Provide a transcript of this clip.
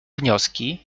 wnioski